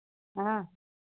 हाँ